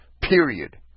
Period